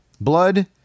blood